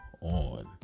on